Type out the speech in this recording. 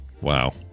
Wow